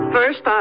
First